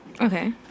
okay